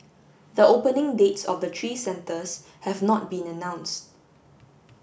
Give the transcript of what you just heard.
the opening dates of the three centres have not been announced